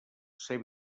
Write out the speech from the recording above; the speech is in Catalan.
ser